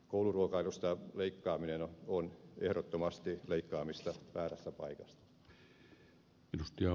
kouluruokailusta leikkaaminen on ehdottomasti leikkaamista väärästä paikasta